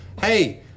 hey